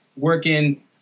working